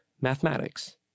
mathematics